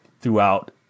throughout